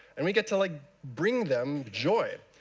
and we get to like bring them joy.